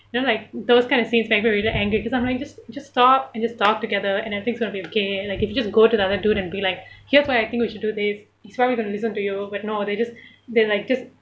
you know like those kind of scenes make me very angry because I'm like just just stop and just talk together and everything's going to be okay and like if you just go to the other dude and be like here for here's what I think we should do this if I was going to listen to you but no they just then like just